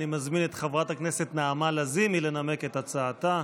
אני מזמין את חברת הכנסת נעמה לזימי לנמק את הצעתה.